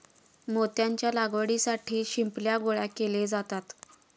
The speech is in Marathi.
मोत्याच्या लागवडीसाठी शिंपल्या गोळा केले जातात